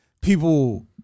people